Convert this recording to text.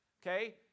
Okay